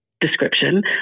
description